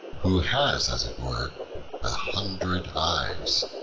who has as it were a hundred eyes,